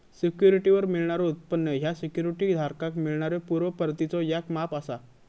सिक्युरिटीवर मिळणारो उत्पन्न ह्या सिक्युरिटी धारकाक मिळणाऱ्यो पूर्व परतीचो याक माप असा